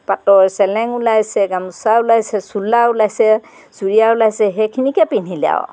পাটৰ চেলেং ওলাইছে গামোচা ওলাইছে চোলা ওলাইছে চুৰিয়া ওলাইছে সেইখিনিকে পিন্ধিলে আৰু